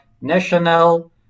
national